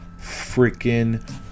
freaking